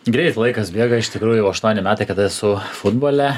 greit laikas bėga iš tikrųjų aštuoni metai kada esu futbole